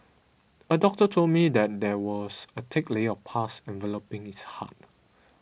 a doctor told me that there was a thick layer of pus enveloping his heart